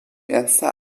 ernster